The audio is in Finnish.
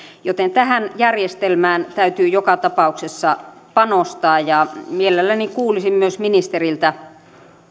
joten tähän järjestelmään täytyy joka tapauksessa panostaa mielelläni kuulisin myös ministeriltä